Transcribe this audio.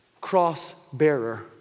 cross-bearer